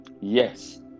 yes